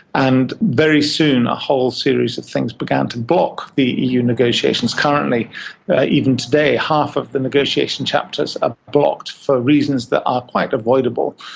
and very soon a whole series of things began to block the eu negotiations. currently even today half of the negotiation chapters are blocked, for reasons that are quite avoidable,